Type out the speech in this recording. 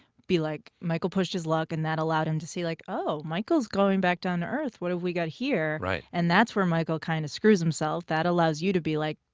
be like, michael pushed his luck, and that allowed him to see, like, oh, michael's going back down to earth. what have we got here right. and that's where michael kind of screws himself. that allows you to be like,